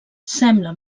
sembla